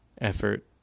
effort